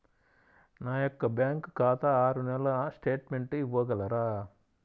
నా యొక్క బ్యాంకు ఖాతా ఆరు నెలల స్టేట్మెంట్ ఇవ్వగలరా?